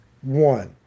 one